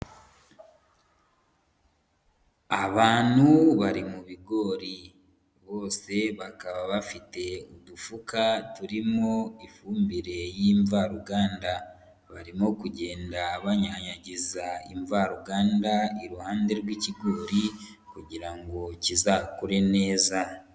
Abantu bari mu bigori bose bakaba bafite udufuka turimo ifumbire y'imvaruganda, barimo kugenda banyanyagiza imvaruganda iruhande rw'ikigori kugira ngo kizakure neza.